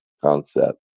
concept